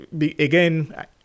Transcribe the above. again